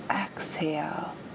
Exhale